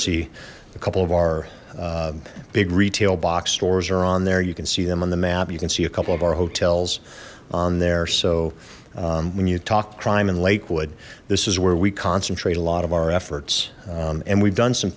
see a couple of our big retail box stores are on there you can see them on the map you can see a couple of our hotels on there so when you talk crime in lakewood this is where we concentrate a lot of our efforts and we've done some